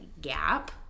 gap